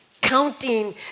counting